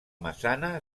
massana